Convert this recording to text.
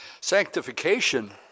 Sanctification